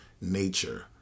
nature